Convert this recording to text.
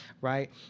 right